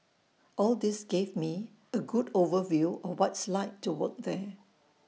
all this gave me A good overview of what it's like to work there